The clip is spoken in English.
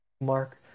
Mark